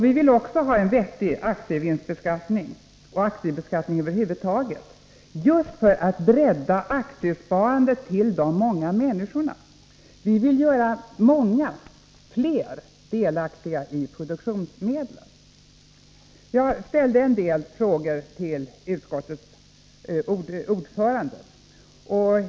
Vi vill också ha en vettig aktievinstbeskattning och aktiebeskattning över huvud taget — just för att bredda aktiesparandet till de många människorna. Vi vill göra många fler delaktiga i produktionsmedlen. Jag ställde en del frågor till utskottets ordförande.